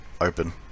open